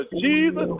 Jesus